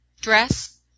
dress